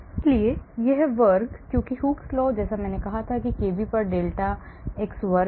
इसलिए यह वर्ग क्योंकि Hooke's law जैसा मैंने कहा था कि kb पर डेल्टा x वर्ग